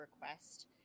request